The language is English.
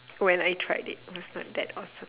when I tried it it was not that awesome